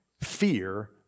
Fear